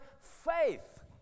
faith